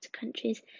countries